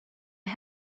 own